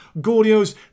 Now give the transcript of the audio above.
Gordio's